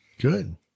Good